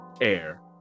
air